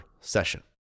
session